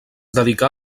dedicà